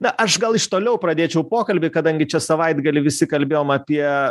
na aš gal iš toliau pradėčiau pokalbį kadangi čia savaitgalį visi kalbėjom apie